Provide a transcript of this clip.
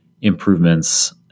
improvements